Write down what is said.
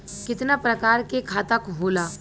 कितना प्रकार के खाता होला?